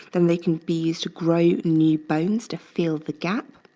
then they can be used to grow new bones to fill the gap.